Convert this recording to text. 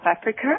Africa